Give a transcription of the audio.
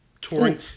Touring